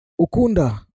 Ukunda